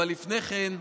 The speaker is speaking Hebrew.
אבל לפני כן,